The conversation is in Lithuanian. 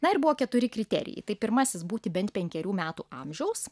na ir buvo keturi kriterijai tai pirmasis būti bent penkerių metų amžiaus